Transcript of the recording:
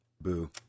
boo